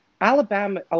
Alabama –